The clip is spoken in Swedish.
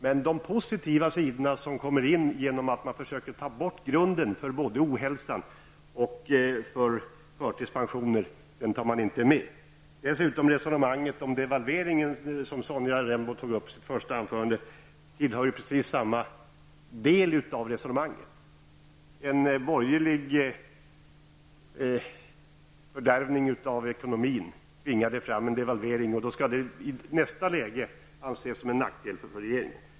Men de positiva sidorna som uppstår genom att man försöker ta bort grunden till både ohälsa och förtidspensioneringar tar man inte med. Rembo förde i sitt första anförande tillhör precis samma del av resonemanget -- en borgerlig fördärvning av ekonomin tvingade fram en devalvering som i nästa läge skall anses vara en nackdel för regeringen.